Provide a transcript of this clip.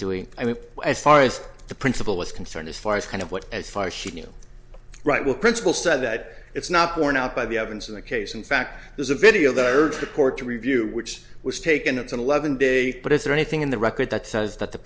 doing i mean as far as the principal was concerned as far as kind of what as far as she knew right well principal said that it's not borne out by the evidence in the case in fact there's a video that i urge the court to review which was taken it's an eleven day but is there anything in the record that says that the